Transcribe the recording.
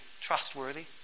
trustworthy